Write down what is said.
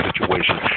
situation